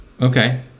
Okay